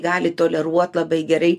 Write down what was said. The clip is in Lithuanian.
gali toleruot labai gerai